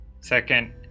Second